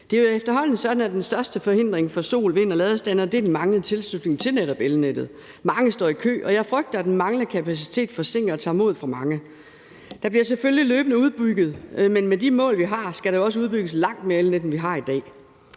Det er jo efterhånden sådan, at den største forhindring for sol- og vindenergiog ladestandere er den manglende tilslutning til netop elnettet. Mange står i kø, og jeg frygter, at den manglende kapacitet forsinker processen og tager modet fra mange. Der bliver selvfølgelig løbende udbygget, men med de mål, vi har, skal der jo også udbygges langt mere elnet, end vi har i dag.